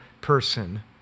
person